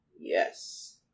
Yes